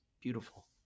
beautiful